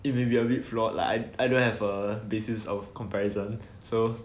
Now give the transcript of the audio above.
it will be a bit flawed lah like I I don't have a basis of comparison so